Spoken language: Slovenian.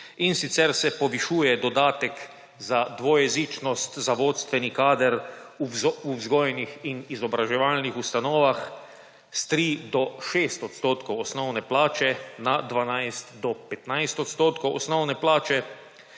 in sicer se povišuje dodatek za dvojezičnost za vodstveni kader v vzgojnih in izobraževalnih ustanovah s 3 do 6 odstotkov osnovne plače na 12 do 15 odstotkov osnovne plače